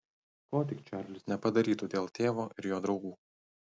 ko tik čarlis nepadarytų dėl tėvo ir jo draugų